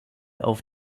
auf